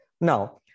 Now